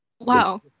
wow